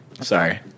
Sorry